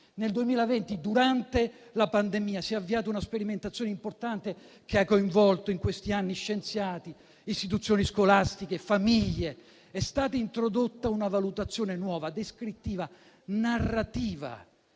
Nel 2020, durante la pandemia, si è avviata una sperimentazione importante che ha coinvolto in questi anni scienziati, istituzioni scolastiche e famiglie. È stata introdotta una valutazione nuova, descrittiva, narrativa,